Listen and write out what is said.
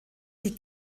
die